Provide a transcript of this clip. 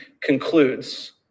concludes